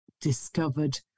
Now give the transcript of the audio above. discovered